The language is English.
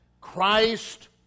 Christ